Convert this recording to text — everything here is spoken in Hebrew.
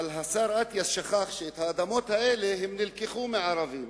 אבל השר אטיאס שכח שהאדמות האלה נלקחו מערבים.